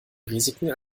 risiken